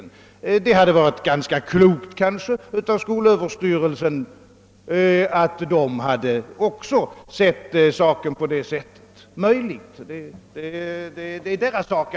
Det hade möjligen varit klokt av skolöverstyrelsen att se saken på samma sätt.